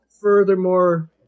Furthermore